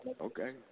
Okay